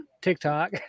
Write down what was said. TikTok